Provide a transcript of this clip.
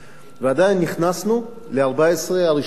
ועדיין, נכנסנו ל-14 פלאי העולם הראשונים,